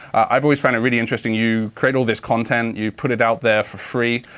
i've always found it really interesting you create all this content. you put it out there for free.